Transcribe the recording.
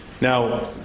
Now